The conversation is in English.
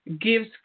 gives